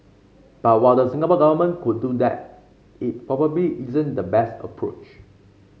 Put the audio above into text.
but while the Singapore Government could do that it probably isn't the best approach